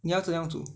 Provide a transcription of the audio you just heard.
你要怎样煮